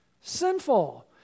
sinful